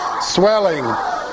swelling